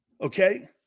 Okay